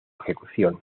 ejecución